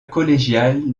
collégiale